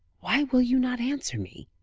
why will you not answer me?